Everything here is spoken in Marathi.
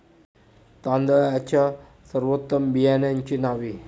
तांदळाच्या सर्वोत्तम बियाण्यांची नावे?